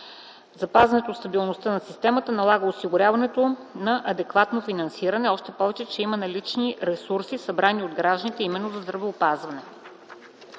Запазването на стабилността на системата налага осигуряването на адекватно финансиране. Още повече, че има налични ресурси събрани от гражданите именно за здравеопазване.